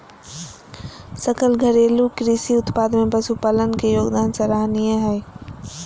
सकल घरेलू कृषि उत्पाद में पशुपालन के योगदान सराहनीय हइ